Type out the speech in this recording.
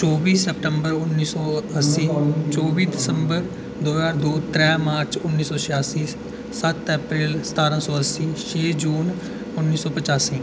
चौह्बी सतंबर उन्नी सौ अस्सी चौह्बी दिसम्बर दो ज्हार दो त्रै मार्च उन्नी सौ छेआसी सत्त अप्रैल सतारां सौ अस्सी छे जून उन्नी सौ पचासी